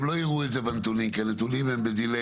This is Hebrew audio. הם לא יראו את זה בנתונים כי הנתונים הם בדיליי,